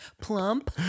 Plump